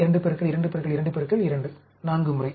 2 2 2 2 4 முறை